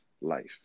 life